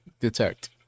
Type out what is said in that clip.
Detect